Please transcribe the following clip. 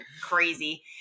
crazy